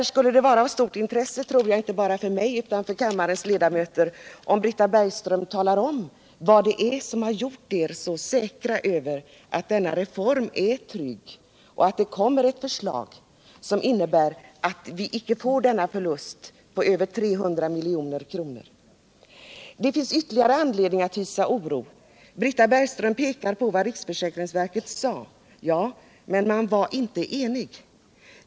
Det skulle vara av mycket stort intresse inte bara för mig utan också för kammarens ledamöter i övrigt, om Britta Bergström ville tala om vad som gjort er så säkra på att denna reform är tryggt i hamn och att det kommer ett förslag, som innebär att vi inte får en förlust på över 300 milj.kr. Det finns ytterligare anledning att hysa oro. Britta Bergström pekar på vad riksförsäkringsverket sade. Ja, men uttalandet var inte enhälligt.